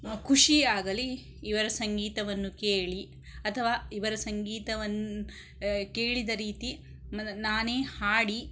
ಖುಷಿಯಾಗಲಿ ಇವರ ಸಂಗೀತವನ್ನು ಕೇಳಿ ಅಥವಾ ಇವರ ಸಂಗೀತವನ್ನು ಕೇಳಿದ ರೀತಿ ನನ ನಾನೇ ಹಾಡಿ